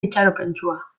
itxaropentsua